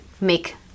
make